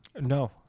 No